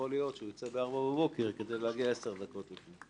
יכול להיות שהוא ייצא ב-04:00 בבוקר כדי להגיע 10 דקות לפני.